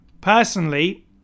Personally